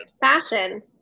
fashion